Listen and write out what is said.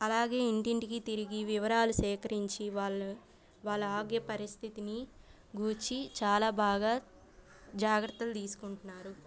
అలాగే ఇంటింటికి తిరిగి వివరాలు సేకరించి వాళ్ళ వాళ్ళ ఆరోగ్య పరిస్థితిని గూర్చి చాలా బాగా జాగ్రత్తలు తీసుకుంటున్నారు